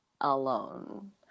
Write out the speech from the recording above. alone